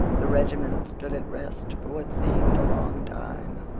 the regiment stood at rest for what seemed a long time.